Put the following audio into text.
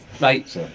Right